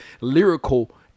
lyrical